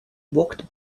walked